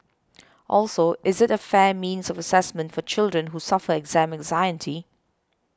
also is it a fair means of assessment for children who suffer exam anxiety